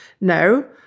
no